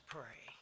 pray